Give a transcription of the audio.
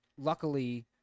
Luckily